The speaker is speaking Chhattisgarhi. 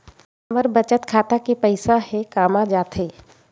हमर बचत खाता के पईसा हे कामा जाथे?